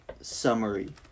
summary